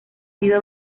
sido